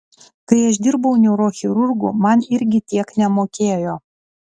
kai aš dirbau neurochirurgu man irgi tiek nemokėjo